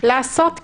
לעשות כן.